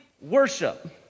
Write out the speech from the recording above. Worship